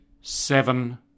seven